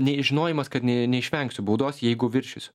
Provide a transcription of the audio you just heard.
nei žinojimas kad nė neišvengsiu baudos jeigu viršysiu